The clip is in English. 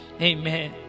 amen